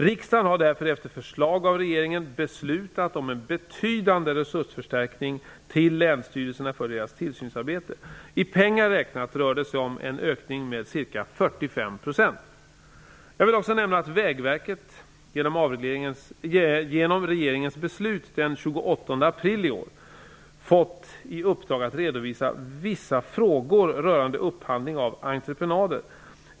Riksdagen har därför efter förslag av regeringen beslutat om en betydande resursförstärkning till länsstyrelserna för deras tillsynsarbete. I pengar räknat rör det sig om en ökning med ca 45 %. Jag vill också nämna att Vägverket genom regeringens beslut den 28 april i år har fått i uppdrag att redovisa vissa frågor rörande upphandling av entreprenader.